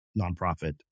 nonprofit